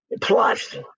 Plus